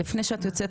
ואתם פשוט מעמידים